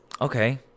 okay